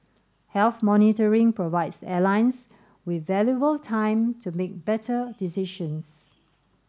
health monitoring provides airlines with valuable time to make better decisions